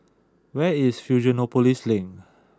where is Fusionopolis Link